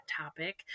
topic